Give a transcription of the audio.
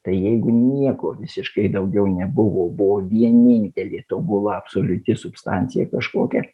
tai jeigu nieko visiškai daugiau nebuvo buvo vienintelė tobula absoliuti substancija kažkokia